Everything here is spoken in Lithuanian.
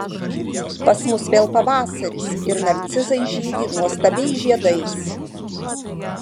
pas mus vėl pavasaris ir narcizai žydi nuostabiais žiedais